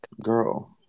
Girl